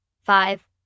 Five